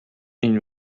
این